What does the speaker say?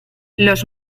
los